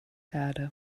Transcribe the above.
erde